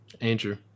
Andrew